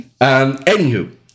Anywho